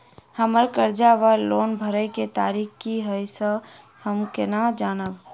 हम्मर कर्जा वा लोन भरय केँ तारीख की हय सँ हम केना जानब?